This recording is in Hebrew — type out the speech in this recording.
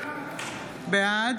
בעד